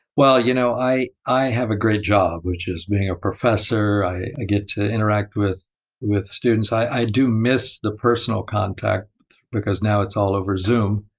well you know, i i have a great job, which is being a professor. i i get to interact with with students. i do miss the personal contact because now it's all over zoom,